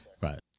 Right